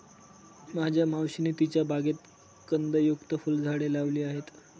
माझ्या मावशीने तिच्या बागेत कंदयुक्त फुलझाडे लावली आहेत